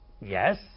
Yes